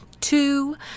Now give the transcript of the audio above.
two